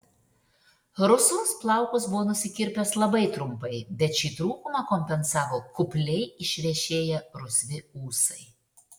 rusvus plaukus buvo nusikirpęs labai trumpai bet šį trūkumą kompensavo kupliai išvešėję rusvi ūsai